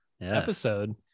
episode